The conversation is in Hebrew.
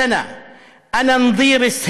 הם יודעים כבודי.